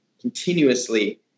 continuously